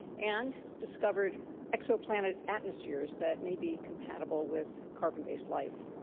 and discovered exoplanet atmospheres that may be compatible with carbon-based life.